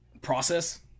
process